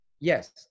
Yes